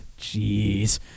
Jeez